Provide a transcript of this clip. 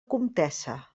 comtessa